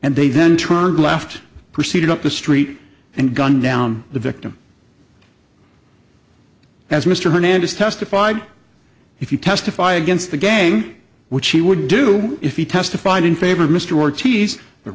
and they then turned left proceeded up the street and gunned down the victim as mr hernandez testified if you testify against the gang which he would do if he testified in favor of mr